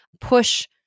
push